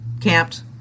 camped